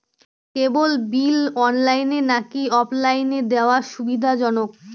কেবল bill অনলাইনে নাকি অফলাইনে দেওয়া সুবিধাজনক?